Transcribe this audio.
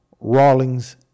Rawlings